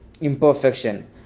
imperfection